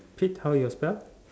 pit how yourself